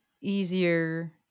easier